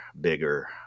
bigger